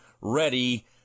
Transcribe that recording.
ready